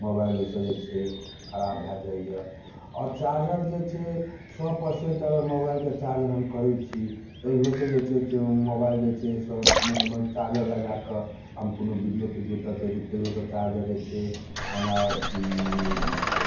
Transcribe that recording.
mobile ओइसँ जे छै खराब भए जाइया आओर चार्जर जे छै सए परसेंट अगर मोबाइलके चार्ज हम करैत छी तऽ इहोसँ जे छै से मोबाइल जे छै से ओहिमे चार्जर लगाए कऽ हम कोनो बीडियो तीडियो देखैत छी तैयोसँ चार्जर जे छै हमरा अथी